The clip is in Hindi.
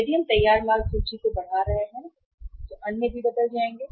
यदि हम तैयार माल सूची को बढ़ा रहे हैं तो अन्य भी बदल जाएंगे